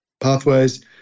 pathways